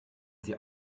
sie